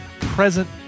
present